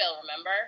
remember